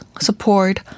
support